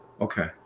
Okay